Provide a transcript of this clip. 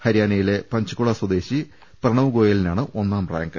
ഹരിയാന യിലെ പഞ്ച്കുള സ്വദേശി പ്രണവ് ഗോയലിനാണ് ഒന്നാം റാങ്ക്